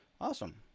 Awesome